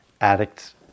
Addicts